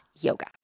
yoga